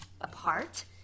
apart